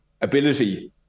ability